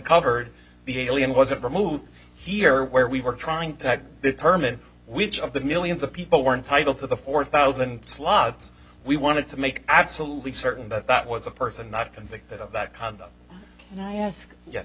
uncovered the alien wasn't removed here where we were trying to determine which of the millions of people were entitled to the four thousand slots we wanted to make absolutely certain that that was a person not convicted of that